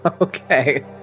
Okay